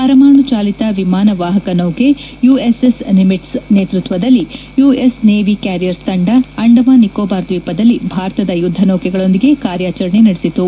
ಪರಮಾಣು ಚಾಲಿತ ವಿಮಾನವಾಹಕ ನೌಕೆ ಯು ಎಸ್ ಎಸ್ ನಿಮಿಟ್ಲ್ ನೇತೃತ್ವದಲ್ಲಿ ಯು ಎಸ್ ನೇವಿ ಕ್ಯಾರಿಯರ್ಪ್ ತಂಡ ಅಂಡಮಾನ್ ನಿಕೋಬಾರ್ ದ್ವೀಪದಲ್ಲಿ ಭಾರತದ ಯುದ್ದನೌಕೆಗಳೊಂದಿಗೆ ಕಾರ್ಯಾಚರಣೆ ನಡೆಸಿತು